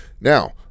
Now